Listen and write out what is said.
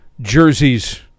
jerseys